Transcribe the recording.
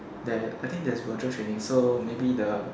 there I think there's virtual trading so maybe the